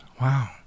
Wow